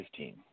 15